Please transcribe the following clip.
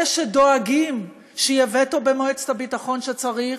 אלה שדואגים שיהיה וטו במועצת הביטחון כשצריך,